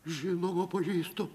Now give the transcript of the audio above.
žinoma pažįstu